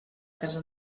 casa